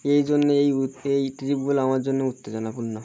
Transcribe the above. এই জন্যে এই এই ট্রিপগুলো আমার জন্য উত্তেজনাপূর্ণ